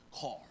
car